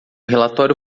relatório